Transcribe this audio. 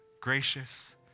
gracious